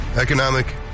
economic